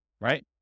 right